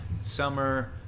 Summer